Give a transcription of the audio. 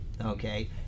okay